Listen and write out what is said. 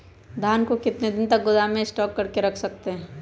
धान को कितने दिन को गोदाम में स्टॉक करके रख सकते हैँ?